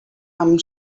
amb